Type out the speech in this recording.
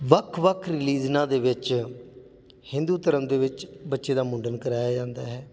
ਵੱਖ ਵੱਖ ਰਿਲੀਜ਼ਨਾਂ ਦੇ ਵਿੱਚ ਹਿੰਦੂ ਧਰਮ ਦੇ ਵਿੱਚ ਬੱਚੇ ਦਾ ਮੁੰਡਨ ਕਰਵਾਇਆ ਜਾਂਦਾ ਹੈ